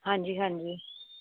ਹਾਂਜੀ ਹਾਂਜੀ